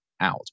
out